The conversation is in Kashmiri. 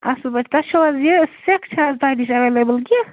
اَصٕل پٲٹھۍ تۄہہِ چھُ حظ یہِ سٮ۪کھ چھِ حظ تۄہہِ نِش ایٚویلیبُل کیٚنٛہہ